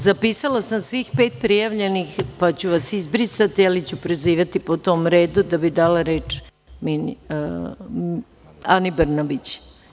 Zapisala sam svih pet prijavljenih, pa ću vas izbrisati, ali ću prozivati po tom redu, da bih dala reč Ani Brnabić.